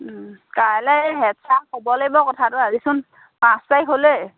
কাইলৈ এই হেড ছাৰক ক'ব লাগিব কথাটো আজিচোন পাঁচ তাৰিখ হ'লেই